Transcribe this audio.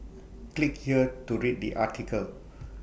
click here to read the article